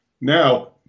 now